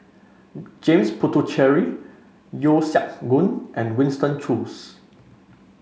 James Puthucheary Yeo Siak Goon and Winston Choos